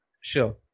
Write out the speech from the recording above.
sure